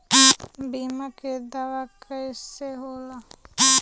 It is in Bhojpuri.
बीमा के दावा कईसे होला?